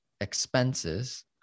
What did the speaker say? expenses